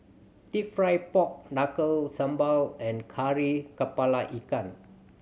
Deep Fried Pork Knuckle sambal and Kari Kepala Ikan